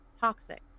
toxic